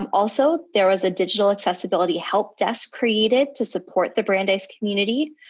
um also, there was a digital accessibility help desk created to support the brandeis community,